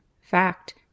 Fact